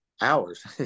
hours